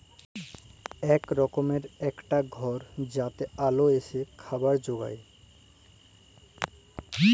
ইক রকমের ইকটা ঘর যাতে আল এসে খাবার উগায়